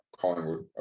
Collingwood